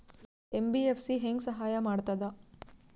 MBFC ಹೆಂಗ್ ಸಹಾಯ ಮಾಡ್ತದ?